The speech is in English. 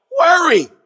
worry